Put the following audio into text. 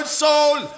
soul